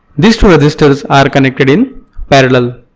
these two resistors are connected in parallel.